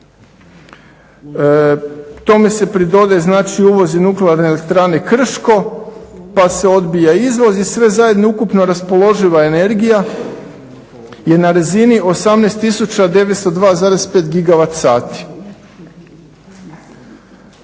Tome se pridodaje znači uvoz i Nuklearne elektrane Krško pa se odbija izvoz i sve zajedno ukupno raspoloživa energija je na razini 18902,5 gigavat sati.